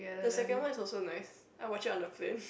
the second one is also nice I watch it on the plane